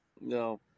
no